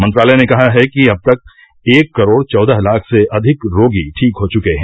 मंत्रालय ने कहा कि अब तक एक करोड चौदह लाख से अधिक रोगी ठीक हो चुके हैं